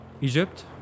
Egypt